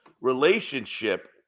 relationship